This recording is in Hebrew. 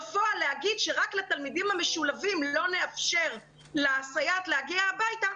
בפועל להגיד שרק לתלמידים המשולבים לא יתאפשר לסייעת להגיע הביתה,